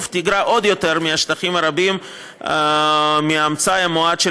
תגרע עוד יותר מהשטחים הרבים מהמצאי המועט של